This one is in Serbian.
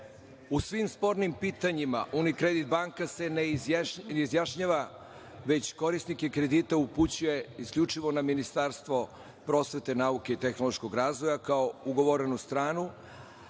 U svim spornim pitanjima Unikredit banka se ne izjašnjava, već korisnike kredita upućuje isključivo na Ministarstvo prosvete, nauke i tehnološkog razvoja, kao ugovornu stranu,